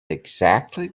exactly